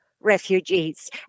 refugees